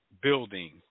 building